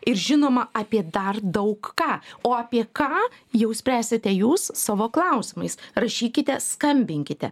ir žinoma apie dar daug ką o apie ką jau spręsite jūs savo klausimais rašykite skambinkite